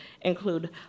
include